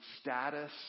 status